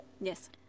yes